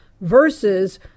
versus